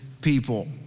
people